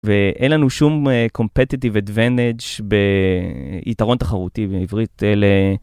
ואין לנו שום Competitive Advantage ביתרון תחרותי בעברית אלה.